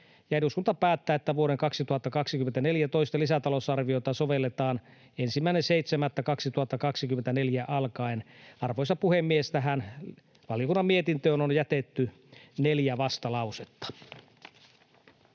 eduskunta päättää, että vuoden 2024 toista lisätalousarviota sovelletaan 1.7.2024 alkaen. Arvoisa puhemies! Tähän valiokunnan mietintöön on jätetty neljä vastalausetta.